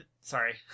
sorry